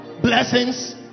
blessings